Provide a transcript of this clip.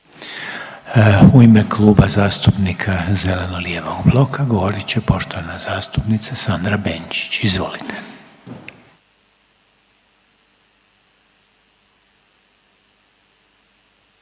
U ime Kluba zastupnika zeleno-lijevog bloka govorit će poštovana zastupnica Sandra Benčić. Izvolite.